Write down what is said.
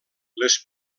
les